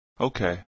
Okay